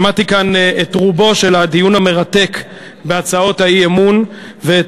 שמעתי כאן את רובו של הדיון המרתק בהצעות האי-אמון ואת